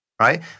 Right